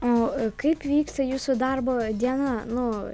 o kaip vyksta jūsų darbo diena nu